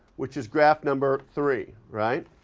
which is graph number three, right?